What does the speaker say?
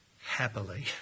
Happily